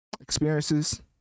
experiences